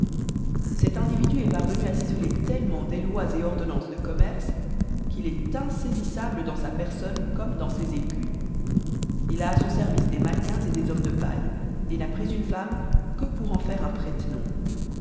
cet individu est parvenu à s'isoler tellement des lois et ordonnances de commerce qu'il est insaisissable dans sa personne comme dans ses écus il a à son service des mannequins et des hommes de paille et n'a pris une femme que pour en faire un prête-nom